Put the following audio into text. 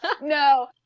No